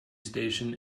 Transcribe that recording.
station